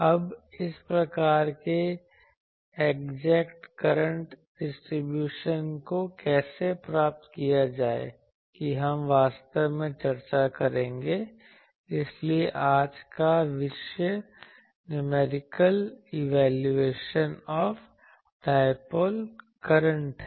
अब इस प्रकार के एग्जैक्ट करंट डिस्ट्रीब्यूशन को कैसे प्राप्त किया जाए कि हम वास्तव में चर्चा करेंगे इसलिए आज का विषय numerical evaluation of dipole current है